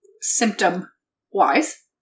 symptom-wise